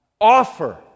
offer